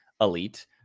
elite